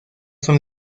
son